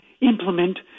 implement